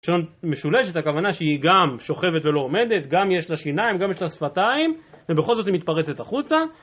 משולשת הכוונה שהיא גם שוכבת ולא עומדת, גם יש לה שיניים, גם יש לה שפתיים ובכל זאת היא מתפרצת החוצה